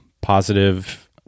positive